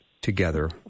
together